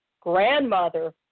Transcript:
grandmother